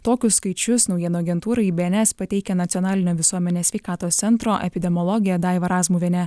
tokius skaičius naujienų agentūrai bns pateikia nacionalinio visuomenės sveikatos centro epidemiologė daiva razmuvienė